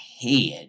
head